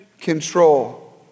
control